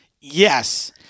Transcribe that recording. Yes